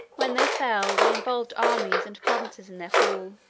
when they fell, they involved armies and provinces in their fall.